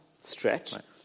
stretch